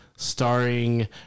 Starring